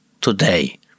today